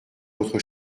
votre